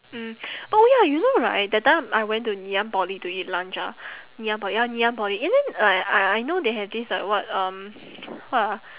mm oh ya you know right that time I went to ngee-ann poly to lunch ah ngee-ann poly ya ngee-ann poly and then like I I know they have this like what um what ah